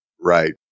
Right